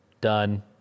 done